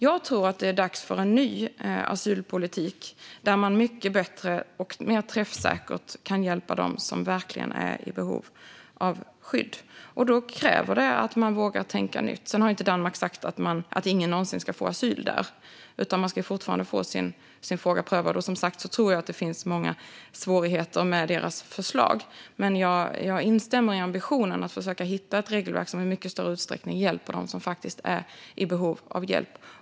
Jag tror att det är dags för en ny asylpolitik som mycket bättre och mer träffsäkert kan hjälpa dem som verkligen är i behov av skydd. Då kräver det att man vågar tänka nytt. Sedan har ju inte Danmark sagt att ingen någonsin ska få asyl där, utan man ska fortfarande få sin fråga prövad. Och som sagt tror jag att det finns många svårigheter med deras förslag, men jag stöder ambitionen att försöka hitta ett regelverk som i mycket större utsträckning hjälper dem som faktiskt är i behov av hjälp.